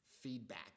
Feedback